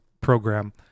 program